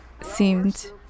seemed